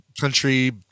Country